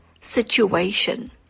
situation